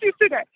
today